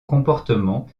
comportement